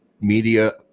media